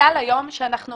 הכלל היום שאנחנו